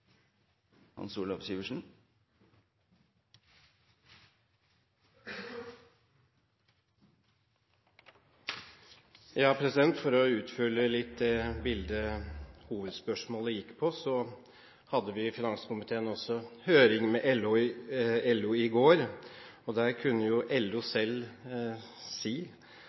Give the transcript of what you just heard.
For å utfylle det bildet hovedspørsmålet gikk på, hadde vi i finanskomiteen også høring med LO i går. Der kunne LO selv si at sysselsettingsgraden for dem mellom 25 og